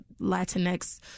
Latinx